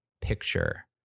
picture